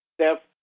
step